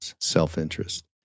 self-interest